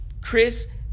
Chris